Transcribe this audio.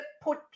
put